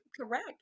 Correct